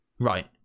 Right